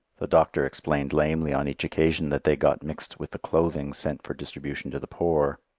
the doctor explained lamely on each occasion that they got mixed with the clothing sent for distribution to the poor.